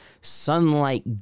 Sunlight